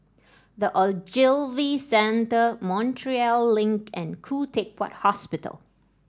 The Ogilvy Centre Montreal Link and Khoo Teck Puat Hospital